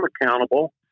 accountable